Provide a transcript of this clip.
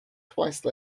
twice